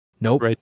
nope